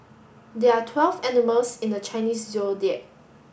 there are twelve animals in the Chinese Zodiac